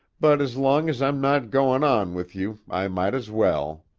but as long as i'm not goin' on with you i might as well.